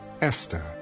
Esther